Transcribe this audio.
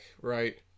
right